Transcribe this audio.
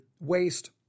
waste